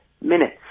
minutes